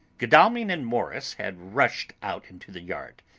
godalming and morris had rushed out into the yard,